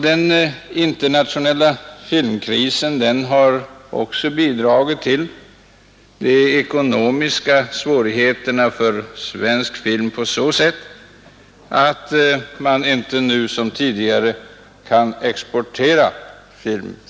Den internationella filmkrisen har också bidragit till ekonomiska svårigheter för svensk film genom att man inte nu som tidigare kan exportera film.